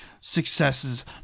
successes